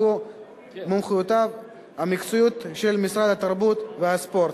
ומומחיותיו המקצועיות של משרד התרבות והספורט.